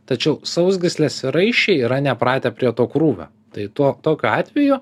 tačiau sausgyslės ir raiščiai yra nepratę prie to krūvio tai tuo tokiu atveju